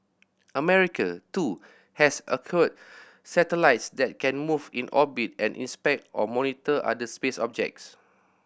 America too has acquired satellites that can move in orbit and inspect or monitor other space objects